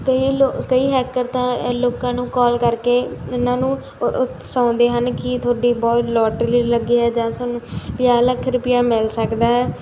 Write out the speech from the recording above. ਕਈ ਲੋ ਕਈ ਹੈਕਰ ਤਾਂ ਲੋਕਾਂ ਨੂੰ ਕੋਲ ਕਰਕੇ ਉਹਨਾਂ ਨੂੰ ਉਕਸਾਉਂਦੇ ਹਨ ਕਿ ਤੁਹਾਡੀ ਬਹੁਤ ਲੋਟਰੀ ਲੱਗੀ ਆ ਜਾਂ ਸਾਨੂੰ ਪੰਜਾਹ ਲੱਖ ਰੁਪਈਆ ਮਿਲ ਸਕਦਾ ਹੈ